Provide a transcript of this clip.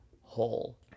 whole